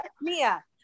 Mia